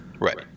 Right